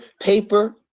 paper